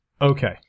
Okay